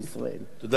תודה לאדוני.